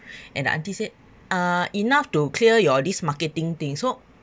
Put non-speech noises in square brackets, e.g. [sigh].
[breath] and auntie said uh enough to clear your these marketing things so